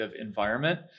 environment